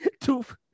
tooth